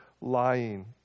lying